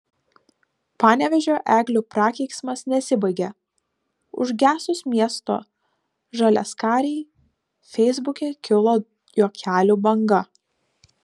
panevėžio eglių prakeiksmas nesibaigia užgesus miesto žaliaskarei feisbuke kilo juokelių banga